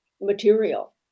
material